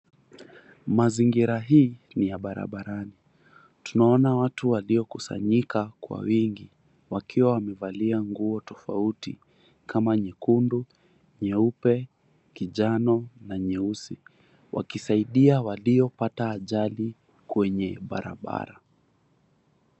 Mazingira hii ni ya barabarani, tunaona watu waliokusanyika kwa wingi wakiwa wamevalia nguo tofauti tofauti kama nyekundu, nyeupe, kijano na nyeusi wakisaidia waliopata ajali kwenye barabara.